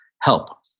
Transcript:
help